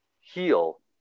heal